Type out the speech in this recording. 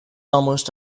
almost